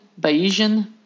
Bayesian